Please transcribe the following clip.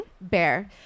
Bear